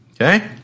Okay